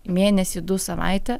mėnesį du savaitę